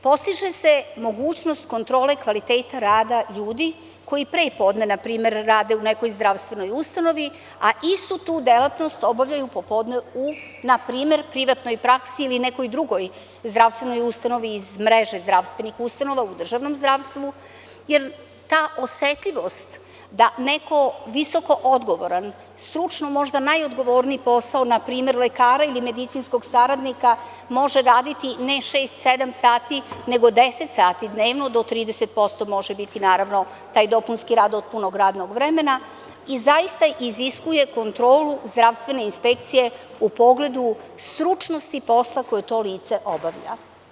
Postiže se mogućnost kontrole kvaliteta rada ljudi koji prepodne npr. rade u nekoj zdravstvenoj ustanovi, a istu tu delatnost obavljaju popodne npr. u privatnoj praksi ili nekoj drugoj zdravstvenoj ustanovi iz mreže zdravstvenih ustanova u državnoj zdravstvu jer ta osetljivost da neko visoko odgovoran stručno možda najodgovorniji posao npr. lekara ili medicinskog saradnika može raditi ne šest, sedam sati, nego 10 sati dnevno do 30% može biti naravno taj dopunski rad do punog radnog vremena i zaista iziskuje kontrolu zdravstvene inspekcije u pogledu stručnosti posla koje to lice obavlja.